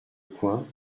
coin